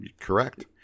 Correct